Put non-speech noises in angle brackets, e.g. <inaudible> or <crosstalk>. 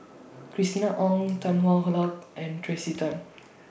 Christina Ong Tan Hwa <unintelligible> Luck and Tracey Tan